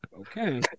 Okay